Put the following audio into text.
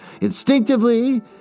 Instinctively